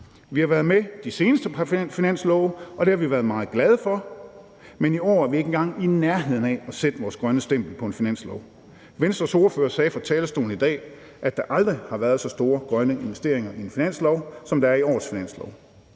Vi har været med i de seneste finanslove, og det har vi været meget glade for, men i år er vi ikke engang i nærheden af at sætte vores grønne stempel på en finanslov. Venstres ordfører sagde fra talerstolen i dag, at der aldrig har været så store grønne investeringer i en finanslov, som der er i årets finanslov.